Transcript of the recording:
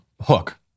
hook